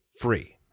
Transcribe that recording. free